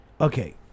Okay